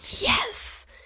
yes